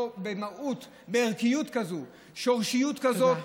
מהות, ערכיות כזאת, שורשיות כזאת, תודה.